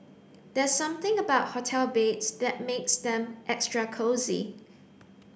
there's something about hotel beds that makes them extra cosy